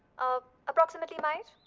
ah approximately my age.